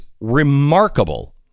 remarkable